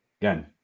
Again